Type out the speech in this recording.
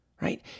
Right